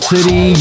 City